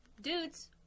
Dudes